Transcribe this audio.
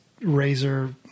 razor